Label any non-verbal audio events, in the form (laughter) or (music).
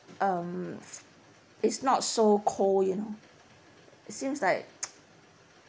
um is not so cold you know seems like (noise)